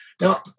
Now